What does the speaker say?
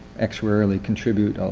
actuarially contribute